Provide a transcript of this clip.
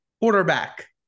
quarterback